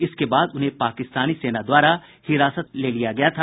इसके बाद उन्हें पाकिस्तानी सेना द्वारा हिरासत में ले लिया गया था